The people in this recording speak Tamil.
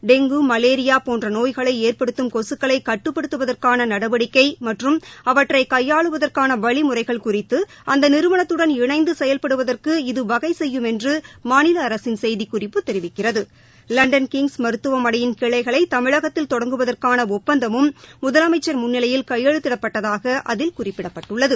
டெங்கு மலேரியா போன்ற நோய்களை ஏற்படுத்தும் கொகக்களை கட்டுப்படுத்துவதற்கான நடவடிக்கை மற்றும் அவற்றை கையாளுவதற்கான வழிமுறைகள் குறித்து அந்த நிறுவனத்துடன் இணைந்து செயல்படுவதற்கு இது வகை செய்யும் என்று மாநில அரசின் செய்திக் குறிப்பு தெரிவிக்கிறது லண்டன் கிங்ஸ் மருத்துவமனையின் கிளைகளை தமிழகத்தில் தொடங்குவதற்கான ஒப்பந்தமும் முதலமைச்சர் முன்விலையில் கையெழுத்திடப்பட்டதாக அதில் குறிப்பிடப்பட்டுள்ளது